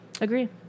agree